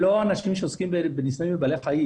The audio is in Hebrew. שהאינטרס שלו הוא להפסיק ניסויים בבעלי חיים.